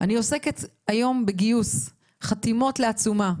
היום אני עוסקת בגיוס חתימות לעצומה,